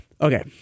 Okay